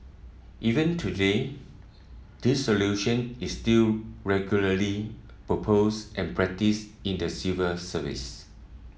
even today this solution is still regularly proposed and practised in the civil service